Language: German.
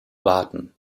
warten